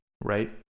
right